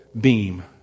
beam